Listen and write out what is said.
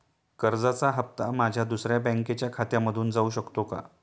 कर्जाचा हप्ता माझ्या दुसऱ्या बँकेच्या खात्यामधून जाऊ शकतो का?